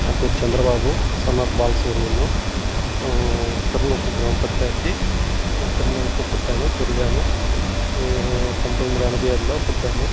నా పేరు Chandrababu son of Balasubrahmanyam Thiruvanuppu గ్రామపంచాయతీ తిరువణుప్పులో పుట్టాను పెరిగాను పంతొమిది వందల ఎనభై ఏడులో పుట్టాను